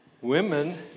Women